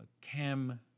cam